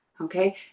okay